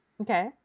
okay